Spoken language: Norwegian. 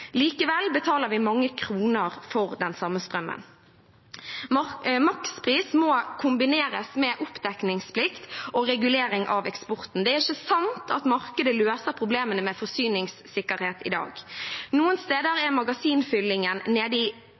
Likevel betaler vi mange kroner for den samme strømmen. Makspris må kombineres med oppdekningsplikt og regulering av eksporten. Det er ikke sant at markedet løser problemene med forsyningssikkerhet i dag. Noen steder er magasinfyllingen nede i